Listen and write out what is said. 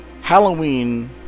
Halloween